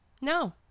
No